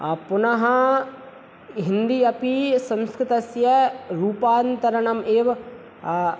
पुनः हिन्दी अपि संस्कृतस्य रूपान्तरणम् एव